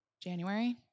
January